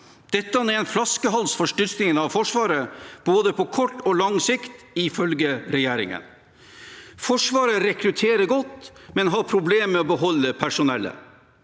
Dette er en flaskehals for styrkingen av Forsvaret på både kort og lang sikt, ifølge regjeringen. Forsvaret rekrutterer godt, men har problemer med å beholde personellet.